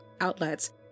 outlets